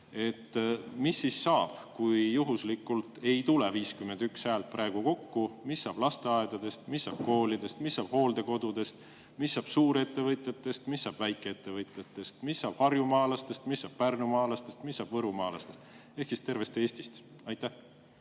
mis siis saab, kui juhuslikult ei tule 51 häält kokku? Mis siis saab lasteaedadest, mis saab koolidest, mis saab hooldekodudest, mis saab suurettevõtjatest, mis saab väikeettevõtjatest, mis saab harjumaalastest, mis saab pärnumaalastest, mis saab võrumaalastest ehk siis tervest Eestist? Tänan,